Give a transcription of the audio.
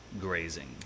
grazing